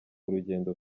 urugendo